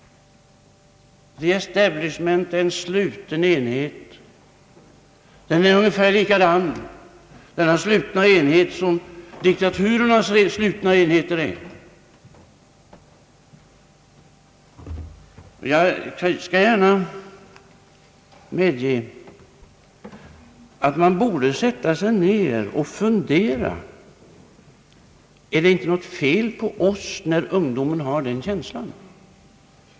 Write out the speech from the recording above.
The Establishment är en sluten enhet. Denna slutna enhet är ungefär likadan som diktaturernas slutna enheter. Jag skall gärna medge att man borde sätta sig ner och fundera. Är det inte något fel på oss, när ungdomen har den känslan?